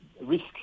risk